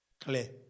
Clear